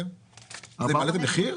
זה מעלה את המחיר?